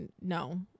no